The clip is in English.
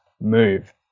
move